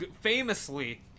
Famously